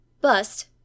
Bust